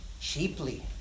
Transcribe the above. cheaply